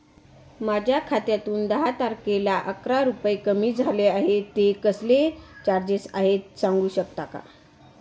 माझ्या खात्यातून दहा तारखेला अकरा रुपये कमी झाले आहेत ते कसले चार्जेस आहेत सांगू शकता का?